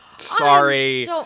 Sorry